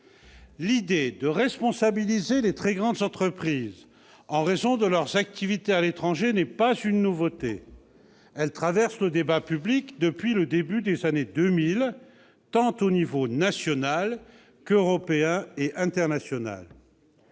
L'idée de responsabiliser les très grandes entreprises en raison de leurs activités à l'étranger n'est pas une nouveauté. Elle traverse le débat public depuis le début des années 2000, au niveau tant national qu'européen et international.